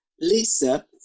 Lisa